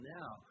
now